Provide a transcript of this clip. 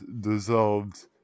dissolved